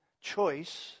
choice